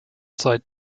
seit